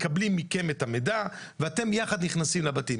מקבלים מכם את המידע ואתם יחד נכנסים לבתים.